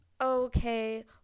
okay